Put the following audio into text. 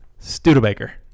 Studebaker